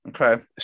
Okay